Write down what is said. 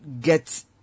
get